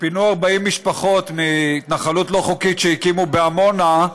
כשפינו 40 משפחות מהתנחלות לא חוקית שהקימו בעמונה,